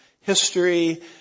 history